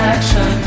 Action